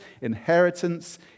inheritance